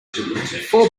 four